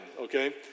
Okay